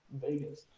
Vegas